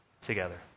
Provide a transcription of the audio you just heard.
together